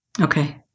Okay